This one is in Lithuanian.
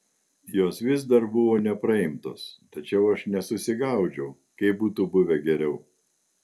jos vis dar buvo nepraimtos tačiau aš nesusigaudžiau kaip būtų buvę geriau